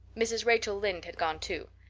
mrs. rachel lynde had gone too.